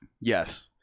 yes